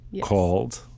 called